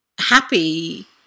Happy